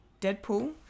Deadpool